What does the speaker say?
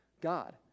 God